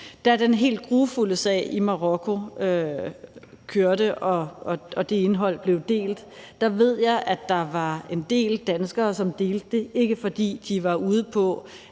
Da den helt grufulde sag i Marokko kørte og det indhold blev delt, ved jeg, at der var en del danskere, som delte det, ikke fordi de var ude på